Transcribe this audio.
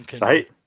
right